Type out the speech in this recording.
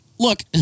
Look